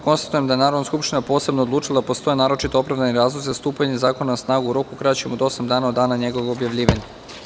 Konstatujem da je Narodna skupština posebno odlučila da postoje naročito opravdani razlozi za stupanje zakona na snagu u roku kraćem od osam dana od dana njegovog objavljivanja.